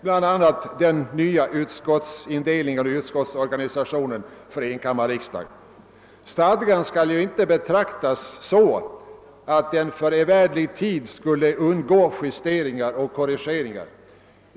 bl.a. den nya utskottsorganisationen för enkammarriksdagen. Denna stadga skall inte betraktas så att den för evärderlig tid skulle undgå justeringar och korrigeringar.